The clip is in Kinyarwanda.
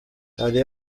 hari